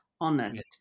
honest